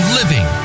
Living